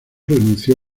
renunció